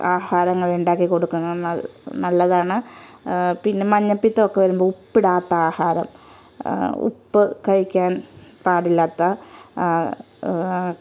ആഹാരങ്ങൾ ഉണ്ടാക്കി കൊടുക്കുന്നത് നല്ലതാണ് പിന്നെ മഞ്ഞപ്പിത്തമൊക്കെ വരുമ്പോൾ ഉപ്പിടാത്ത ആഹാരം ഉപ്പ് കഴിക്കാൻ പാടില്ലാത്ത